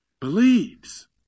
believes